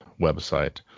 website